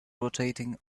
rotating